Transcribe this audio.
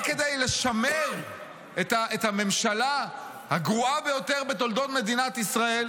רק כדי לשמר את הממשלה הגרועה ביותר בתולדות מדינת ישראל,